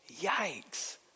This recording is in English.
Yikes